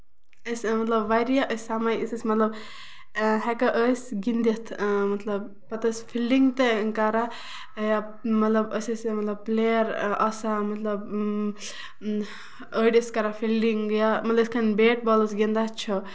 أسۍ مطلب واریاہ ٲسۍ سمان أسۍ ٲسۍ مطلب ہٮ۪کان ٲسۍ گِندِتھ مطلب پَتہٕ ٲسۍ فیٖلڈِنگ تہِ کران مطلب أسۍ ٲسۍ مطلب پِلِیر آسان مطلب أڈۍ ٲسۍ کران فیٖلڈِنگ یا مطلب یِتھ کَنۍ بیٹ بال گِندان چھُ